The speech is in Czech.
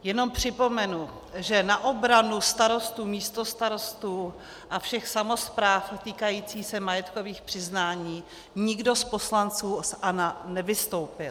Jenom připomenu, že na obranu starostů, místostarostů a všech samospráv týkající se majetkových přiznání nikdo z poslanců z ANO nevystoupil.